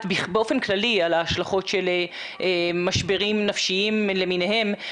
באופן כללי על ההשלכות של משברים נפשיים למיניהם,